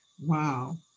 wow